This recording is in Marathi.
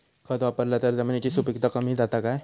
खत वापरला तर जमिनीची सुपीकता कमी जाता काय?